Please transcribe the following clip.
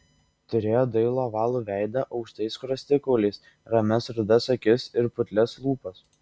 turėjo dailų ovalų veidą aukštais skruostikauliais ramias rudas akis ir putlias lūpas